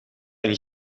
een